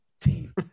team